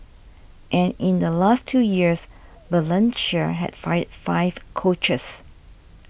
and in the last two years Valencia had fired five coaches